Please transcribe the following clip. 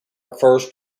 refers